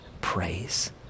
praise